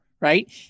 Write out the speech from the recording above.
right